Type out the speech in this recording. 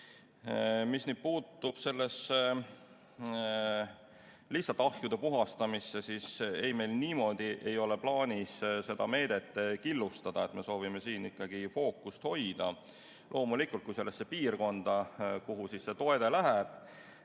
Mis puutub sellesse lihtsalt ahjude puhastamisse, siis ei, meil niimoodi ei ole plaanis seda meedet killustada, me soovime siin ikkagi fookust hoida. Loomulikult, kui selles piirkonnas, kuhu toetus läheb,